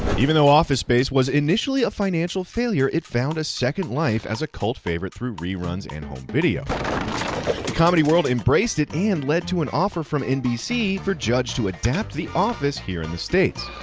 even though office space was initially a financial failure, it found a second life as a cult favorite through reruns and home video. the comedy world embraced it, and led to an offer from nbc for judge to adapt the office here in the states.